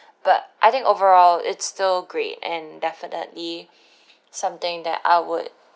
but I think overall it's still great and definitely something that I would